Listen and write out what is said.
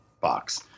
box